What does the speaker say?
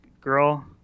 girl